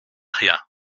rien